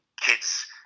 kids